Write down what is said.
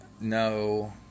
No